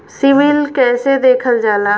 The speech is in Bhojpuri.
सिविल कैसे देखल जाला?